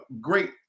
great